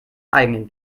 eigenen